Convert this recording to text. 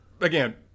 Again